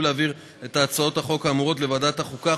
להעביר את הצעות החוק האמורות לוועדת החוקה,